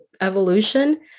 evolution